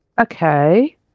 Okay